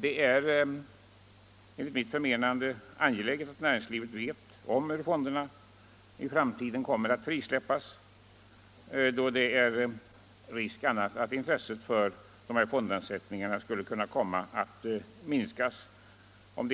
Det är enligt mitt förmenande angeläget att näringslivet vet om, hur fonderna i framtiden kommer att frisläppas, då det annars finns risk för att intresset för dessa fondavsättningar minskas - om